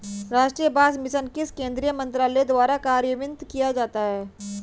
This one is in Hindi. राष्ट्रीय बांस मिशन किस केंद्रीय मंत्रालय द्वारा कार्यान्वित किया जाता है?